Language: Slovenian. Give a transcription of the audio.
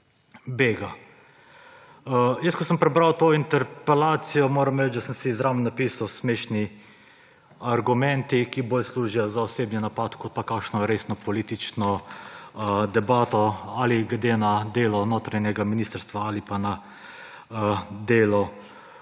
bega. Ko sem prebral to interpelacijo, moram reči, da sem si zraven napisal – smešni argumenti, ki bolj služijo za osebni napad kot pa kakšno resno politično debato ali glede na delo notranjega ministrstva ali pa na delo